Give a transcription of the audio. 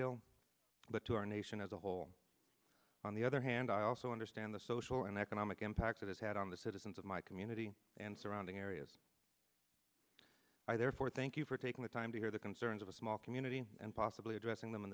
pinedale but to our nation as a whole on the other hand i also understand the social and economic impact it has had on the citizens of my community and surrounding areas i therefore thank you for taking the time to hear the concerns of a small community and possibly addressing them in